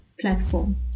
platform